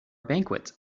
banquet